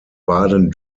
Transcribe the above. baden